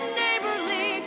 neighborly